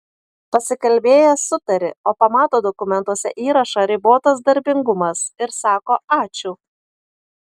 pasikalbėjęs sutari o pamato dokumentuose įrašą ribotas darbingumas ir sako ačiū